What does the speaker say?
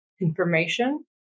Information